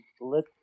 let